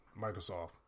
microsoft